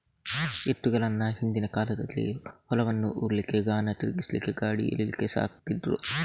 ಎತ್ತುಗಳನ್ನ ಹಿಂದಿನ ಕಾಲದಲ್ಲಿ ಹೊಲವನ್ನ ಉಳ್ಲಿಕ್ಕೆ, ಗಾಣ ತಿರ್ಗಿಸ್ಲಿಕ್ಕೆ, ಗಾಡಿ ಎಳೀಲಿಕ್ಕೆ ಸಾಕ್ತಿದ್ರು